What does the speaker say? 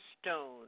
Stone